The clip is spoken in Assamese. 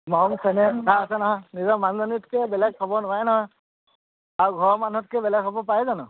মৰম চেনেহ কথা আছে নহয় নিজৰ মানুহজনীতকৈ বেলেগ হ'ব নোৱাৰে নহয় আৰু ঘৰৰ মানুহতকৈ বেলেগ হ'ব পাৰে জানো